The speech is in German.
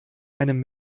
einem